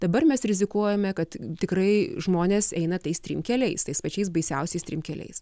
dabar mes rizikuojame kad tikrai žmonės eina tais trim keliais tais pačiais baisiausiais trim keliais